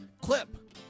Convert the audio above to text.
clip